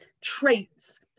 traits